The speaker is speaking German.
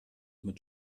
mit